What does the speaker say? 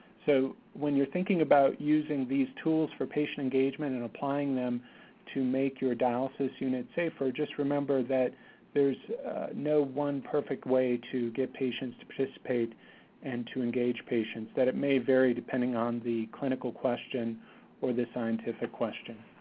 so when you're thinking about using these tools for patient engagement and applying them to make your dialysis unit safer, just remember that there is no one perfect way to get patients to participate and to engage patients, that it may vary depending on the clinical question or the scientific question.